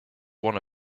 one